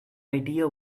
idea